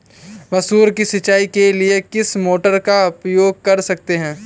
मसूर की सिंचाई के लिए किस मोटर का उपयोग कर सकते हैं?